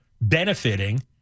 benefiting